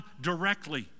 directly